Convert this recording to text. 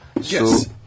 Yes